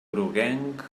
groguenc